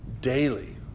daily